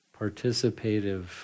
participative